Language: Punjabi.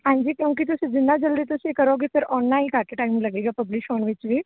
ਹਾਂਜੀ ਕਿਉਂਕੀ ਤੁਸੀਂ ਜਿੰਨਾ ਜਲਦੀ ਤੁਸੀਂ ਕਰੋਗੇ ਫੇਰ ਉਨ੍ਹਾਂ ਈ ਘੱਟ ਟਾਈਮ ਲੱਗੇਗਾ ਪਬਲਿਸ਼ ਹੋਣ ਵਿੱਚ ਵੀ